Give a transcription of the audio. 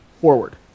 forward